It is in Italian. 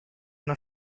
una